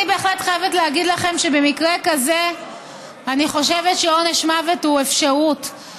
אני בהחלט חייבת להגיד לכם שבמקרה כזה אני חושבת שעונש מוות הוא אפשרות,